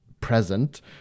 present